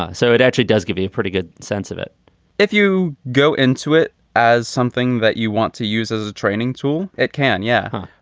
ah so it actually does give you a pretty good sense of it if you go into it as something that you want to use as a training tool. it can, yeah.